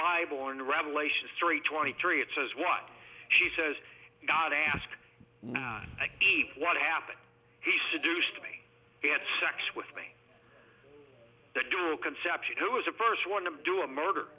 bible and revelations three twenty three it says what she says god asked what happened he seduced me he had sex with me the dual conception who is a first one to do a murder